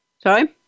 Sorry